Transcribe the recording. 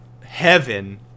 heaven